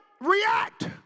react